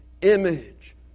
image